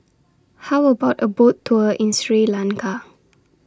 How about A Boat Tour in Sri Lanka